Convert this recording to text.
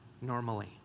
normally